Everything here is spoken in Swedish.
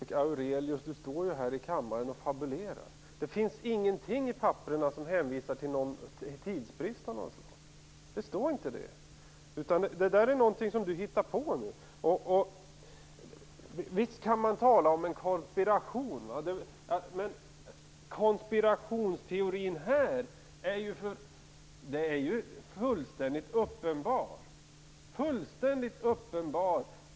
Herr talman! Nils Fredrik Aurelius fabulerar. Det står ingenting i papperen om någon tidsbrist. Det där är någonting som han hittar på nu. Visst kan man tala om konspiration. Men konspirationsteorin här är fullständigt uppenbar.